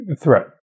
threat